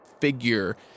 figure